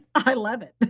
i love it. but